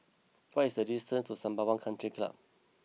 what is the distance to Sembawang Country Club